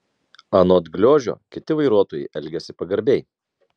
anot gliožio kiti vairuotojai elgiasi pagarbiai